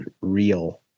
real